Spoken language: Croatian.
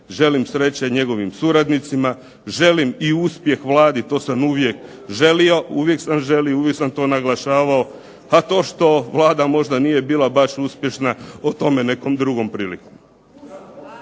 Želim sreće njegovim suradnicima. Želim i uspjeh Vladi to sam uvijek želio, uvijek sam želio, uvijek sam to naglašavao. A to što Vlada možda nije bila baš uspješna o tome nekom drugom prilikom.